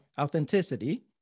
authenticity